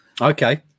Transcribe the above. Okay